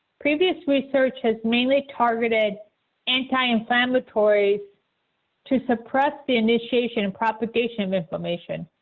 previous research has mainly targeted anti inflammatories to suppress the initiation and propagation of inflammation,